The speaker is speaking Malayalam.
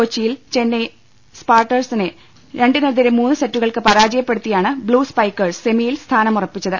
കൊച്ചിയിൽ ചെന്നൈ സ്പാർട്ടൻസിനെ രണ്ടി നെതിരെ മൂന്ന് സെറ്റുകൾക്ക് പരാജയപ്പെടുത്തിയാണ് ബ്ലൂ സ്പൈക്കേഴ്സ് സെമിയിൽ സ്ഥാനമുറപ്പിച്ചത്